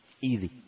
Easy